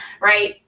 right